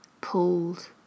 pulled